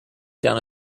down